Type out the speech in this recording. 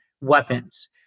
weapons